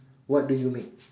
what do you make